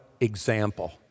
example